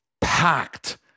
packed